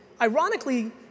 Ironically